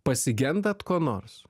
pasigendat ko nors